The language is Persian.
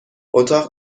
اتاق